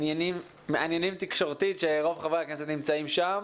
דיונים מעניינים תקשורתית ורוב חברי הכנסת נמצאים בהם,